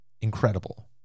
Incredible